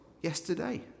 yesterday